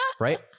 right